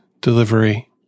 delivery